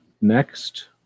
Next